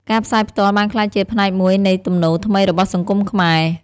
ការផ្សាយផ្ទាល់បានក្លាយជាផ្នែកមួយនៃទំនោរថ្មីរបស់សង្គមខ្មែរ។